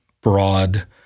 Broad